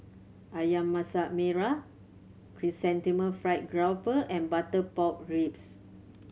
Ayam Masak Merah Chrysanthemum Fried Grouper and butter pork ribs